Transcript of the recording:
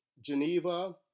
Geneva